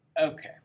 Okay